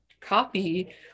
copy